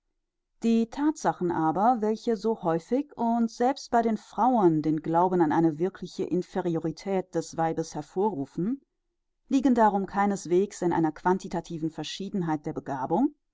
die thatsachen aber welche so häufig und selbst bei den frauen den glauben an eine wirkliche inferiorität des weibes hervorrufen liegen darum keineswegs in einer quantitativen verschiedenheit der begabung